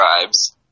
tribes